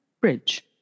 bridge